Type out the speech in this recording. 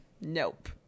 Nope